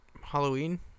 Halloween